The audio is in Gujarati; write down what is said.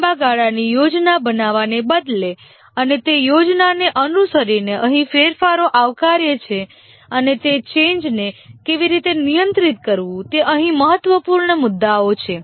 લાંબા ગાળાની યોજના બનાવવાને બદલે અને તે યોજનાને અનુસરીને અહીં ફેરફારો આવકાર્ય છે અને તે ચેન્જને કેવી રીતે નિયંત્રિત કરવું તે અહીં મહત્વપૂર્ણ મુદ્દાઓ છે